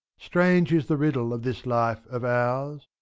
strange is the riddle of this life of ours!